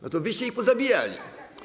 Bo to wyście ich pozabijali.